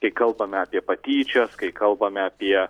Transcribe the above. kai kalbame apie patyčias kai kalbame apie